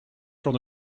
from